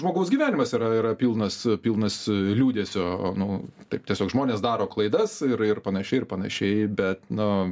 žmogaus gyvenimas yra yra pilnas pilnas liūdesio nu taip tiesiog žmonės daro klaidas ir ir panašiai ir panašiai bet na